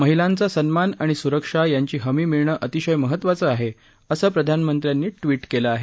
महिलांचा सन्मान आणि सुरक्षा यांची हमी मिळणं अतिशय महत्त्वाचं आहे असं प्रधानमंत्र्यांनी ट्वीट केलं आहे